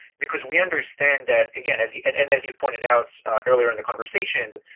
because we understand that again, as you and and as you pointed out earlier in the conversation,